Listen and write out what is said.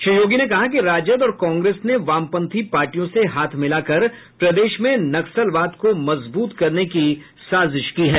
श्री योगी ने कहा कि राजद और कांग्रेस ने वामपंथी पार्टियों से हाथ मिलाकर प्रदेश में नक्सलवाद को मजब्रत करने की साजिश की है